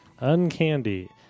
Uncandy